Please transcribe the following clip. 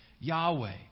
Yahweh